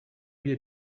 wir